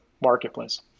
marketplace